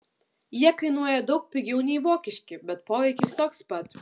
jie kainuoja daug pigiau nei vokiški bet poveikis toks pat